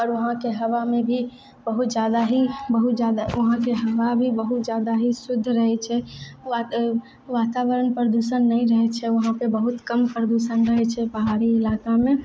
आओर वहाँके हवामे भी बहुत जादा ही बहुत जादा वहाँके हवा भी बहुत जादा ही शुद्ध रहै छै वातावरण प्रदूषण नहि रहै छै वहाँपे बहुत कम प्रदूषण रहै छै पहाड़ी ईलाकामे